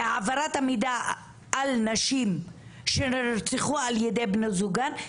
בהעברת המידע על נשים שנרצחו על ידי בני זוגן,